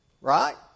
right